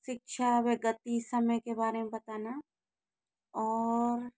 शिक्षा व गति समय के बारे में बताना और